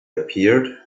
appeared